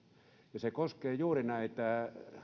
se koskee juuri näitä